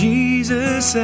Jesus